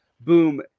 boom